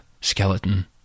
skeleton